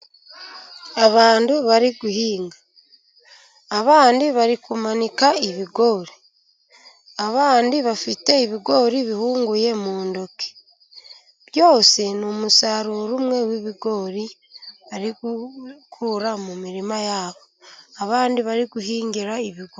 Abantu bari guhinga. Abandi bari kumanika ibigori. Abandi bafite ibigori bihunguye mu ntoki. Byose ni umusaruro umwe w'ibigori, bari gukura mu mirima yabo. Abandi bari guhingira ibigori.